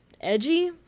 edgy